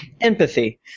Empathy